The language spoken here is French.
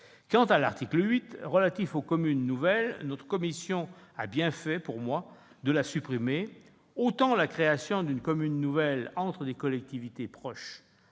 Quant à l'article 8, relatif aux communes nouvelles, notre commission a bien fait, selon moi, de le supprimer. Autant la création d'une commune nouvelle entre des collectivités proches,